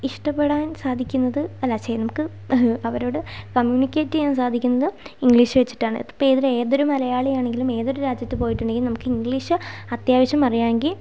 ഇഷ്ടപ്പെടാൻ സാധിക്കുന്നത് അല്ല നമുക്ക് അവരോട് കമ്മ്യൂണിക്കേറ്റ് ചെയ്യാൻ സാധിക്കുന്നത് ഇംഗ്ലീഷ് വച്ചിട്ടാണ് ഇപ്പോൾ ഏതൊരു ഏതൊരു മലയാളിയാണെങ്കിലും ഏതൊരു രാജ്യത്തു പോയിട്ടുണ്ടെങ്കിൽ നമുക്ക് ഇംഗ്ലീഷ് അത്യാവശ്യം അറിയാമെങ്കിൽ